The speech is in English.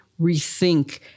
rethink